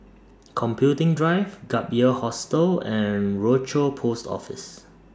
Computing Drive Gap Year Hostel and Rochor Post Office